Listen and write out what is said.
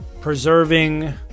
preserving